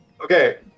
Okay